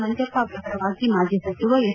ಮಂಜಪ್ಪ ಅವರ ಪರವಾಗಿ ಮಾಜಿ ಸಜಿವ ಎಸ್